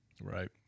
Right